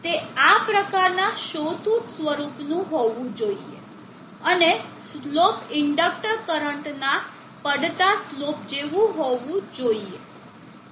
તે આ પ્રકારના સૌ ટુથ સ્વરૂપનું હોવું જોઈએ અને સ્લોપ ઇન્ડેક્ટર કરંટના પડતા સ્લોપ જેવું હોવું જોઈએ